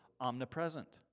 omnipresent